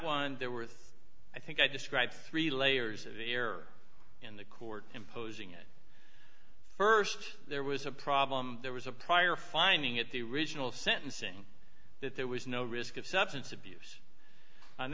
one there with i think i described three layers of error in the court imposing it st there was a problem there was a prior finding at the original sentencing that there was no risk of substance abuse and